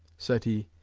said he,